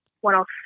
one-off